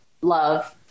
love